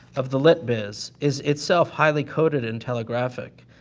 of the lit biz is itself highly coded and telegraphic.